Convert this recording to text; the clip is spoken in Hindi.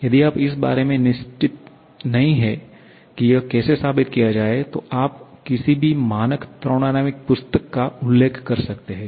यदि आप इस बारे में निश्चित नहीं हैं कि यह कैसे साबित किया जाए तो आप किसी भी मानक थर्मोडायनामिक्स पुस्तक का उल्लेख कर सकते हैं